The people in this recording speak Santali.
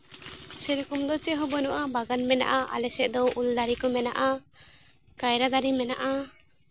ᱥᱮᱨᱚᱠᱚᱢ ᱫᱚ ᱪᱮᱫ ᱦᱚᱸ ᱵᱟᱹᱱᱩᱜᱼᱟ ᱵᱟᱜᱟᱱ ᱢᱮᱱᱟᱜᱼᱟ ᱟᱞᱮ ᱥᱮᱫ ᱫᱚ ᱩᱞ ᱫᱟᱨᱮ ᱠᱚ ᱢᱮᱱᱟᱜᱼᱟ ᱠᱟᱭᱨᱟ ᱫᱟᱨᱮ ᱢᱮᱱᱟᱜᱼᱟ